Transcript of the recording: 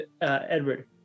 Edward